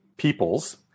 peoples